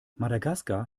madagaskar